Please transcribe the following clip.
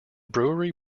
brewery